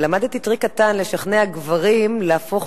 אני למדתי טריק קטן לשכנע גברים להפוך